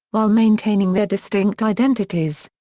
while maintaining their distinct identities.